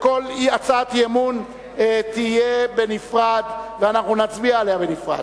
וכל הצעת אי-אמון תהיה בנפרד ואנחנו נצביע עליה בנפרד.